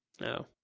no